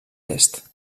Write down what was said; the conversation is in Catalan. est